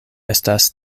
estas